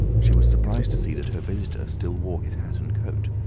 she was surprised to see that her visitor still wore his hat and coat,